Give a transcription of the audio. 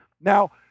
now